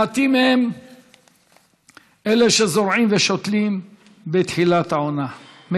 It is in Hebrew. מעטים הם אלה שזורעים ושותלים בתחילת העונה,